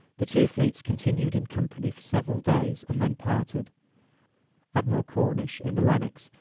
the two fleets continued in company for several days, and then parted admiral cornish, in the lenox,